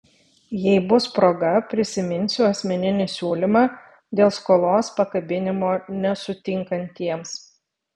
jei bus proga priminsiu asmeninį siūlymą dėl skolos pakabinimo nesutinkantiems